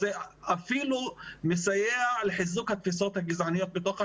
זה אפילו מסייע לחיזוק התפיסות הגזעניות בתוך החברה.